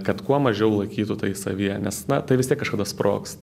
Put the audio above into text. kad kuo mažiau laikytų tai savyje nes na tai vis tiek kažkada sprogs